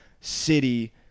city